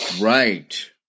Right